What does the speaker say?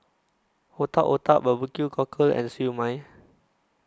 Otak Otak Barbecue Cockle and Siew Mai